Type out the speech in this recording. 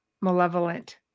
malevolent